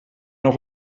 auch